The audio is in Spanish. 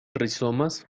rizomas